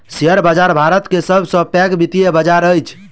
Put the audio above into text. share बाजार भारत के सब सॅ पैघ वित्तीय बजार अछि